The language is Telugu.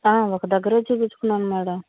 ఒక దగ్గరే చూపించుకున్నాను మేడం